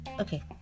okay